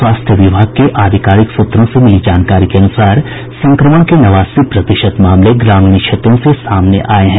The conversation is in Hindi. स्वास्थ्य विभाग के आधिकारिक सूत्रों से मिली जानकारी के अनुसार संक्रमण के नवासी प्रतिशत मामले ग्रामीण क्षेत्रों से सामने आये हैं